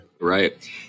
right